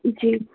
जी